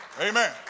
Amen